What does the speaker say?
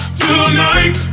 tonight